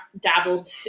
dabbled